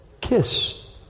kiss